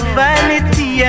vanity